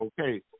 Okay